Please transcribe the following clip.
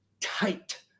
tight